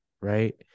Right